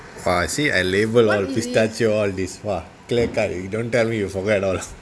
!wah! see I label all these pistachio all these !wah! clear cut already don't tell me you forget all